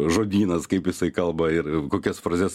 žodynas kaip jisai kalba ir kokias frazes